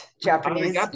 Japanese